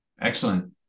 Excellent